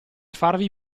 farvi